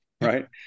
right